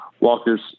Walker's